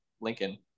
Lincoln